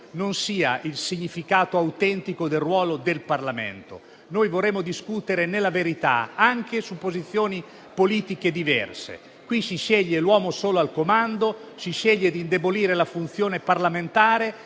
non sia il significato autentico del ruolo del Parlamento. Noi vorremmo discutere nella verità anche su posizioni politiche diverse. Qui si sceglie l'uomo solo al comando, si sceglie di indebolire la funzione parlamentare,